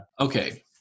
Okay